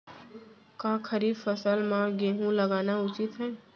का खरीफ फसल म गेहूँ लगाना उचित है?